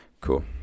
cool